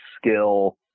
skill